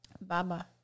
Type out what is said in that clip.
baba